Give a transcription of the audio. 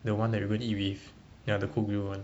the one that we went eat with with ya the cook grill [one]